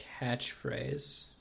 Catchphrase